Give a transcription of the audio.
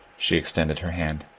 she extended her hand.